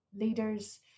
leaders